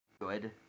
good